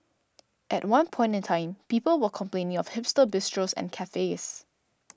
at one point in time people were complaining of hipster bistros and cafes